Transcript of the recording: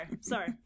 Sorry